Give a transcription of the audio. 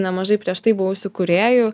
nemažai prieš tai buvusių kūrėjų